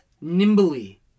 nimbly